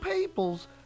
people's